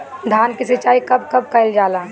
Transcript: धान के सिचाई कब कब कएल जाला?